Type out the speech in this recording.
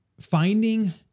finding